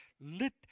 Let